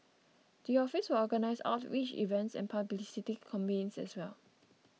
the office will organise outreach events and publicity campaigns as well